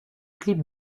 clip